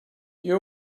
you